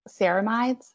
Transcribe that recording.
ceramides